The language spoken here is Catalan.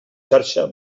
xarxa